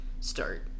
start